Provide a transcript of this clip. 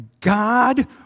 God